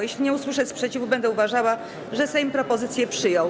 Jeśli nie usłyszę sprzeciwu, będę uważała, że Sejm propozycję przyjął.